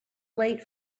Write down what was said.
late